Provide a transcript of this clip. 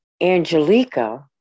Angelica